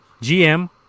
GM